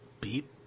beat